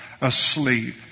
asleep